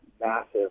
massive